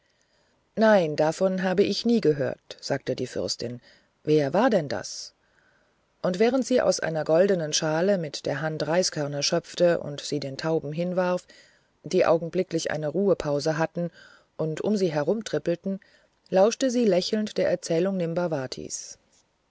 nein davon habe ich nie gehört sagte die fürstin wie war denn das und während sie aus einer goldenen schale mit der hand reiskörner schöpfte und sie den tauben hinwarf die augenblicklich eine ruhepause hatten und um sie herumtrippelten lauschte sie lächelnd der erzählung